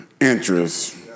interest